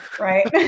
Right